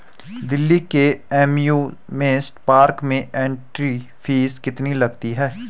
दिल्ली के amusement park में entry fee कितनी लगती है?